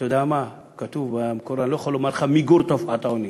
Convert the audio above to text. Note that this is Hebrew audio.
אני לא יכול להגיד לך מיגור תופעת העוני,